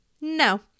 No